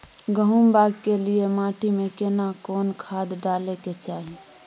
गहुम बाग के लिये माटी मे केना कोन खाद डालै के चाही?